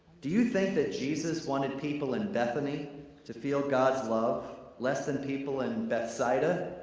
do you think that jesus wanted people in bethany to feel god's love less than people in bethsaida?